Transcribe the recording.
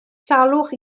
salwch